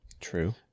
True